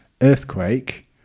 earthquake